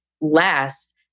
less